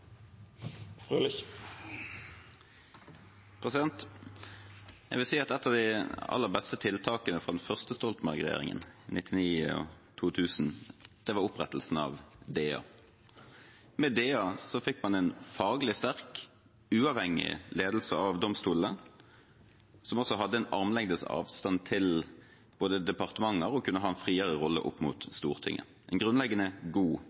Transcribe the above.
Jeg vil si at et av de aller beste tiltakene til den første Stoltenberg-regjeringen i 2000 var opprettelsen av DA. Med DA fikk man en faglig sterk og uavhengig ledelse av domstolene, som også hadde en armlengdes avstand til departementer og kunne ha en friere rolle opp mot Stortinget – en grunnleggende god